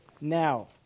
now